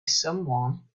someone